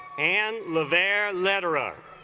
and lavare letterer